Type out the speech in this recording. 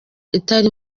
itari